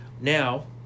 Now